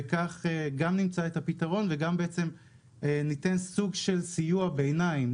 וכך גם נמצא את הפתרון וגם ניתן סוג של סיוע ביניים.